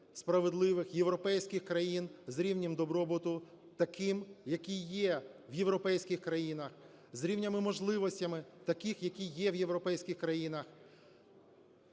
справедливих, європейських країн, з рівнем добробуту таким, який в європейських країнах, з рівними можливостями, таких, які є в європейських країнах.